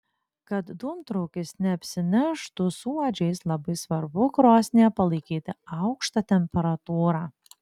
kad dūmtraukis neapsineštų suodžiais labai svarbu krosnyje palaikyti aukštą temperatūrą